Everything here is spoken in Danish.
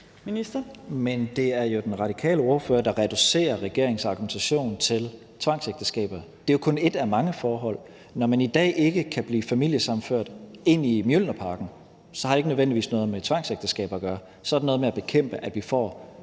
Men det er jo den radikale ordfører, der reducerer regeringens argumentation til tvangsægteskaber. Det er jo kun ét af mange forhold. Når man i dag ikke kan blive familiesammenført ind i Mjølnerparken, har det ikke nødvendigvis noget med tvangsægteskab at gøre. Så har det noget at gøre med at bekæmpe, at vi får